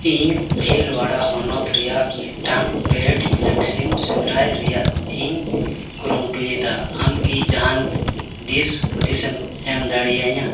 ᱤᱧ ᱵᱷᱤᱞᱣᱟᱲᱟ ᱦᱚᱱᱚᱛ ᱨᱮᱱᱟᱜ ᱢᱤᱫᱴᱟᱝ ᱯᱮᱰ ᱵᱷᱮᱠᱥᱤᱱ ᱥᱮᱸᱫᱨᱟᱭ ᱨᱮᱱᱟᱜ ᱤᱧ ᱠᱩᱨᱩᱢᱩᱴᱩᱭᱮᱫᱟ ᱟᱢᱠᱤ ᱡᱟᱦᱟᱱ ᱫᱤᱥ ᱦᱩᱫᱤᱥᱮᱢ ᱮᱢ ᱫᱟᱲᱮᱭᱟᱹᱧᱟᱹ